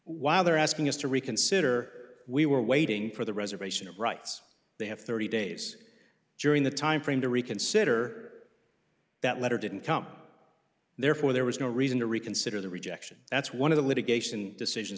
while they're asking us to reconsider we were waiting for the reservation of rights they have thirty days during the time frame to reconsider that letter didn't come therefore there was no reason to reconsider the rejection that's one of the litigation decisions